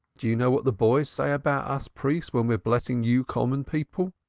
do you know what the boys say about us priests when we're blessing you common people?